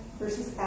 versus